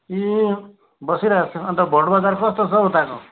यी बसिरहेकोछु अन्त भोट बजार कस्तो छ हौ उताको